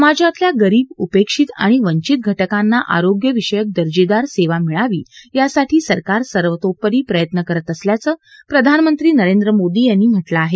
समाजातल्या गरीब उपेक्षित आणि वंचित घटकांना आरोग्यविषयक दर्जेदार सेवा मिळावी यासाठी सरकार सर्वतोपरी प्रयत्न करत असल्याचं प्रधानमंत्री नरेंद्र मोदी यांनी म्हटलं आहे